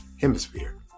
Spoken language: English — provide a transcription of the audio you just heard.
Hemisphere